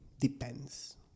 depends